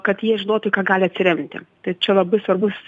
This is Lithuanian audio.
kad jie žinotų į ką gali atsiremti tai čia labai svarbus